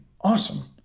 awesome